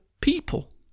people